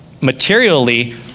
materially